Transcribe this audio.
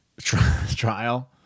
trial